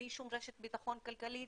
בלי שום רשת ביטחון כלכלית